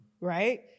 right